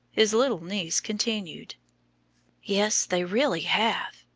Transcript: his little niece continued yes, they really have.